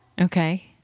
Okay